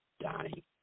Donnie